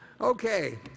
okay